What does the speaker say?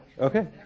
Okay